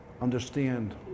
understand